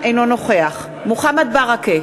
אינו נוכח מוחמד ברכה,